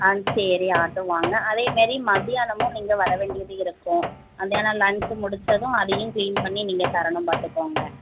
ஆ சரி அது வாங்க அதேமாரி மத்தியானமும் நீங்கள் வர வேண்டியது இருக்கும் மத்தியானம் லன்ச்சு முடித்ததும் அதையும் க்ளீன் பண்ணி நீங்கள் தரணும் பார்த்துக்கோங்க